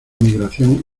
migración